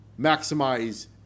maximize